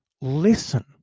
listen